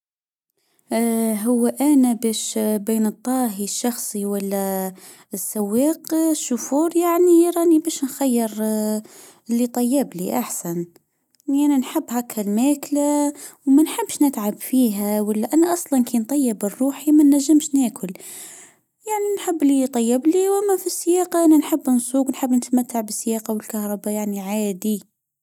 هوه انا بش بين الطاهي الشخصي ولا السواك يعني راني باش نخير اه اللي طيب لي احسن. انا نحب هاكا الماكلة وما نحبش نقعد فيها ولا انا اصلا تنطيب لروحي ما نجمش ناكل يعني حب لي يطيب لي مافيهش لياقة انا نحب نسوق نحب نتماكى بالسياقة والكهرباء يعني عادي